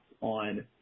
on